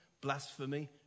blasphemy